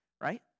right